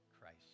Christ